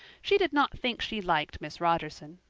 she did not think she liked miss rogerson,